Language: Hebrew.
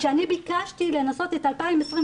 כשאני ביקשתי לנסות את 2021,